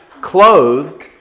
clothed